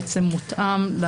הוא בעצם ביקש את